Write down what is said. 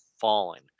falling